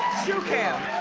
shoe cam.